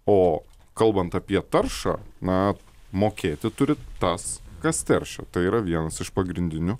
o kalbant apie taršą na mokėti turi tas kas teršia tai yra vienas iš pagrindinių